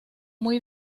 muy